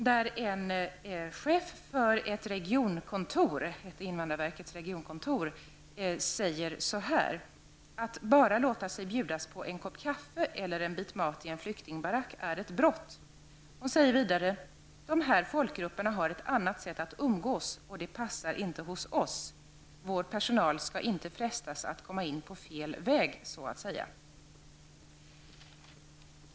Där säger en chef för ett av invandrarverkets regionkontor så här: Att bara låta sig bjudas på en kopp kaffe eller en bit mat i en flyktingbarack är ett brott. Hon säger vidare: De här folkgrupperna har ett annat sätt att umgås och det passar inte hos oss. Vår personal skall inte frestas att komma in på fel väg, så att säga.